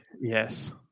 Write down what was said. Yes